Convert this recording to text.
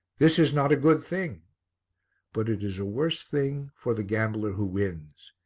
this is not a good thing but it is a worse thing for the gambler who wins.